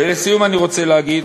ולסיום אני רוצה להגיד,